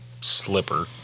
slipper